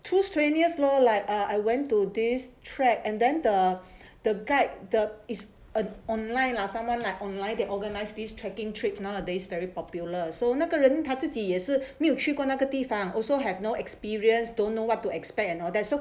too strenuous lor like I went to this trek and then the the guide the is a online lah someone like online they organise this trekking trip nowadays very popular so 那个人他自己也是没有去过那个地方 also have no experience don't know what to expect and all that so